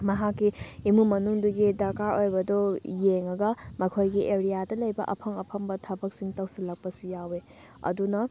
ꯃꯍꯥꯛꯀꯤ ꯏꯃꯨꯡ ꯃꯅꯨꯡꯗꯨꯒꯤ ꯗꯔꯀꯥꯔ ꯑꯣꯏꯕꯗꯣ ꯌꯦꯡꯉꯒ ꯃꯈꯣꯏꯒꯤ ꯑꯦꯔꯤꯌꯥꯗ ꯂꯩꯕ ꯑꯐꯪ ꯑꯐꯪꯕ ꯊꯕꯛꯁꯤꯡ ꯇꯧꯁꯤꯜꯂꯛꯄꯁꯨ ꯌꯥꯎꯋꯦ ꯑꯗꯨꯅ